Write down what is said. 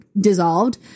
dissolved